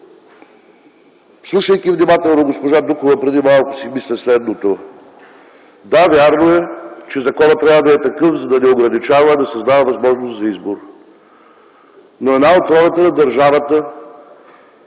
слушайки внимателно преди малко госпожа Дукова си мисля следното. Да, вярно е, че законът трябва да е такъв, за да не ограничава, а да създава възможност за избор. Но една от ролите на държавата